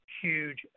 huge